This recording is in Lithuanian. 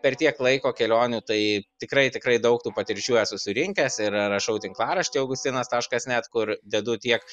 per tiek laiko kelionių tai tikrai tikrai daug tų patirčių esu surinkęs ir rašau tinklaraštį augustinas taškas net kur dedu tiek